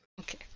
Okay